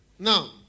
Now